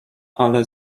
ale